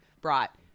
brought